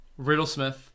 Riddlesmith